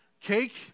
Cake